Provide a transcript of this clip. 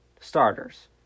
starters